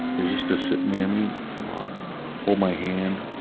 is just to sit near me, or hold my hand.